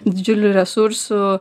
didžiulių resursų